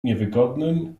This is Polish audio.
niewygodnym